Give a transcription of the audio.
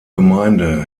gemeinde